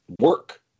work